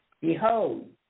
Behold